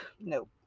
Nope